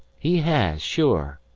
he has, sure,